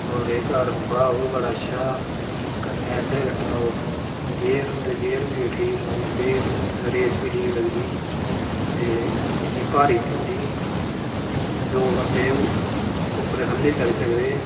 और जेह्का रम्बा ओह् बी बड़ा अच्छा ऐ कन्नै एह्दे कन्नै ओह् गेह्र होंदे गेह्र बी ठीक पेई जंदे रेस बी ठीक लगदी ते इन्नी भारी बी निं होंदी इ'यां दो बंदे उप्परे ई ख'ल्ले ई करी सकदे